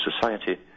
society